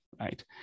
right